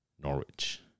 Norwich